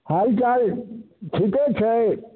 हालचाल ठीके छै